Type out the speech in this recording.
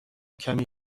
کمی